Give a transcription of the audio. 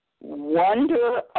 wonder